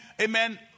amen